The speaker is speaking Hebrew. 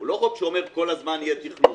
הוא לא חוק שאומר שכל הזמן יהיה תכנון,